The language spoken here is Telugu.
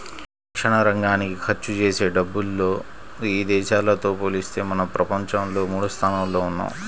రక్షణరంగానికి ఖర్చుజేసే డబ్బుల్లో ఇదేశాలతో పోలిత్తే మనం ప్రపంచంలో మూడోస్థానంలో ఉన్నాం